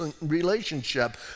relationship